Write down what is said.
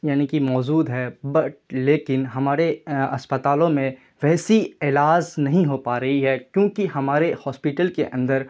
یعنی کہ موجود ہے بٹ لیکن ہمارے اسپتالوں میں ویسی علاج نہیں ہو پا رہی ہے کیونکہ ہمارے ہاسپیٹل کے اندر